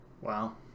wow